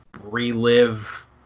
relive